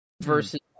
versus